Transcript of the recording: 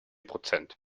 prozent